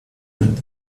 and